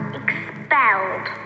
expelled